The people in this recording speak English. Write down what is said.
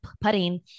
putting